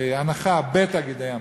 הנחה בתאגידי המים,